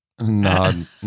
Nod